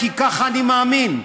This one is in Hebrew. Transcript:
כי כך אני מאמין.